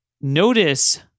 notice